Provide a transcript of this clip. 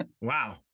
Wow